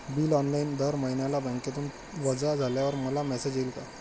Bill online दर महिन्याला बँकेतून वजा झाल्यावर मला मेसेज येईल का?